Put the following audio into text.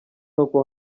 n’uko